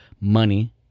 money